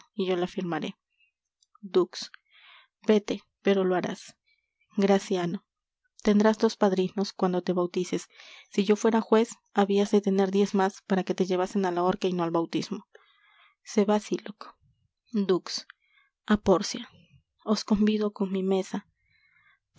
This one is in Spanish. y yo la firmaré dux véte pero lo harás graciano tendrás dos padrinos cuando te bautices si yo fuera juez habias de tener diez más para que te llevasen á la horca y no al bautismo se va sylock dux á pórcia os convido con mi mesa